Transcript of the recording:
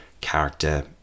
character